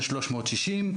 ב- '360'.